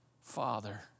father